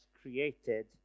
created